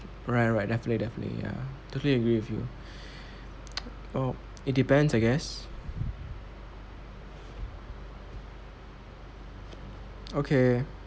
alright alright definitely definitely ya totally agree with you oh it depends I guess okay